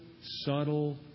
subtle